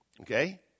Okay